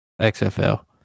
XFL